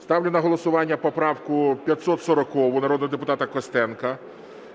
Ставлю на голосування поправку 540 народного депутата Костенка.